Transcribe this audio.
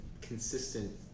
consistent